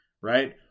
right